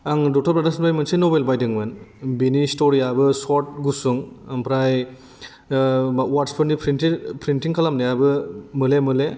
आं दत्त ब्राडार्सनिफ्राय मोनसे नभेल बायदोंमोन बेनि स्टरियाबो सर्ट गुसुं ओमफ्राय वार्डसफोरनि प्रिन्टिं खालामनायाबो मोले मोले